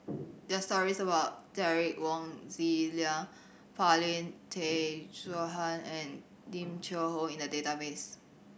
there are stories about Derek Wong Zi Liang Paulin Tay Straughan and Lim Cheng Hoe in the database